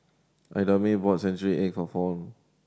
Idamae bought century egg for Fount